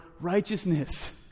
righteousness